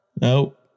Nope